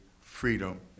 freedom